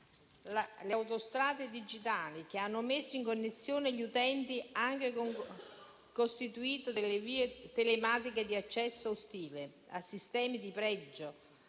Le autostrade digitali, che hanno messo in connessione gli utenti e anche costituito delle vie telematiche di accesso a sistemi di pregio,